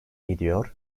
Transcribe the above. gidiyor